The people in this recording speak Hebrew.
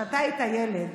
כשאתה היית ילד,